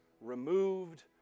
removed